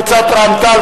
קבוצת רע"ם-תע"ל,